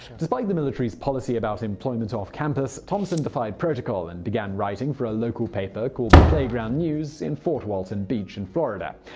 despite the military's policy about employment off campus, thompson defied protocol and began writing for a local paper called the playground news in fort walton beach, and florida.